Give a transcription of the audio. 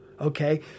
okay